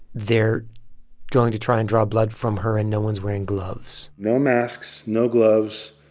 they're going to try and draw blood from her, and no one's wearing gloves no masks, no gloves,